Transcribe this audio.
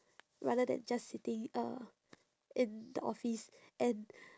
rather than just sitting uh in the office and